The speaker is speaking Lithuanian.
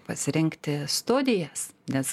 pasirinkti studijas nes